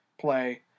play